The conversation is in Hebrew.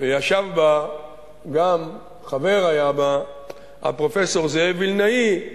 וישב בה, חבר היה בה גם הפרופסור זאב וילנאי,